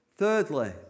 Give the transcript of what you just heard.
Thirdly